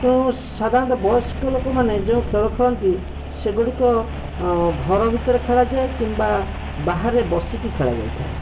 ତେଣୁ ସାଧାରଣତଃ ବୟସ୍କ ଲୋକମାନେ ଯେଉଁ ଖେଳ ଖେଳନ୍ତି ସେଗୁଡ଼ିକ ଘର ଭିତରେ ଖେଳାଯାଏ କିମ୍ବା ବାହାରେ ବସିକି ଖେଳାଯାଇଥାଏ